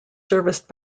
serviced